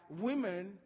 women